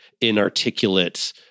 inarticulate